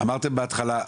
- אמרתם בהתחלה,